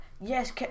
yes